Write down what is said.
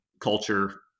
culture